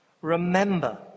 Remember